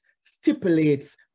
stipulates